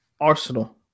Arsenal